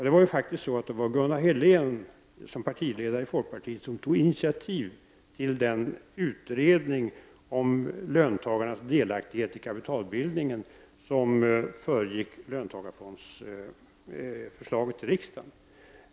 Det var faktiskt Gunnar Helén som partiledare för folkpartiet som tog initiativ till den utredning om löntagarnas delaktighet i kapitalbildningen som föregick löntagarfondsförslaget till riksdagen.